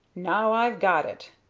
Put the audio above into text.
now i'm got it,